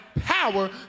power